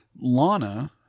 Lana